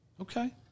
Okay